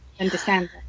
understand